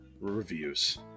reviews